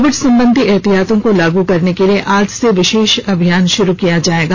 Covid संबंधी एहतियातों को लागू कराने के लिए आज से विशेष अभियान शुरू किया जाएगा